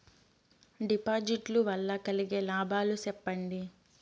డిపాజిట్లు లు వల్ల కలిగే లాభాలు సెప్పండి?